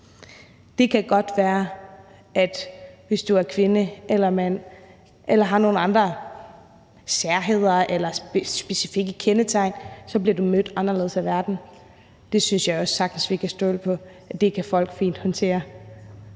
Det kan godt være, at du, hvis du er kvinde eller mand eller har nogle særheder eller specifikke kendetegn, bliver mødt anderledes af verden, end andre bliver. Det synes jeg også sagtens vi kan stole på at folk fint kan håndtere,